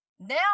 Now